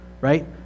Right